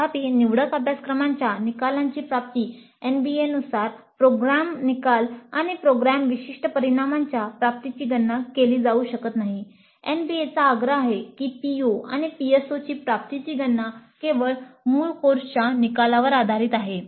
तथापि निवडक अभ्यासक्रमांच्या निकालांची प्राप्ती एनबीएनुसार आग्रह आहे की PO आणि PSOची प्राप्तीची गणना केवळ मूळ कोर्सच्या निकालांवर आधारित आहे